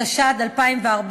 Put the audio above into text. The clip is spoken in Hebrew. התשע"ד 2014,